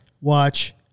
watch